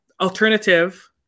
Alternative